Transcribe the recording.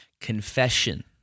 confession